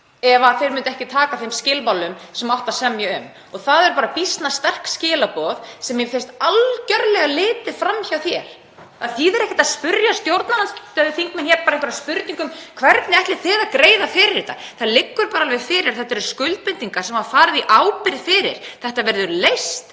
ef þeir myndu ekki taka þeim skilmálum sem átti að semja um. Það eru býsna sterk skilaboð sem mér finnst algjörlega litið fram hjá hér. Það þýðir ekkert að spyrja stjórnarandstöðuþingmenn einhverra spurninga um hvernig þeir ætli að greiða fyrir þetta. Það liggur alveg fyrir að þetta eru skuldbindingar sem voru í ábyrgð. Þetta verður leyst